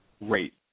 rate